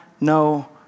no